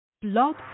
Blog